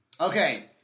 Okay